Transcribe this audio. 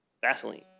Vaseline